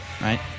right